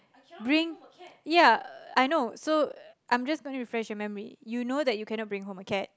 bring ya I know so I'm just gonna refresh your memory you know that you cannot bring home a cat